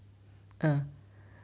uh